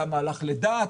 כמה הלך לדת,